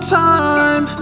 time